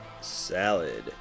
salad